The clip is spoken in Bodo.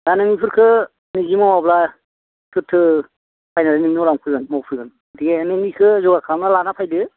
दा नों बेफोरखो निजि मावाब्ला सोरथो नायनानै नोंनाव लांफैगोन मावफैगोन दे नोंनिखो जगार खालामना लाना फैदो